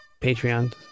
Patreon